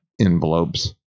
envelopes